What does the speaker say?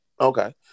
Okay